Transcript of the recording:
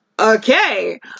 Okay